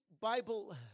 Bible